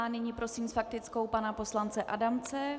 Nyní prosím s faktickou pana poslance Adamce.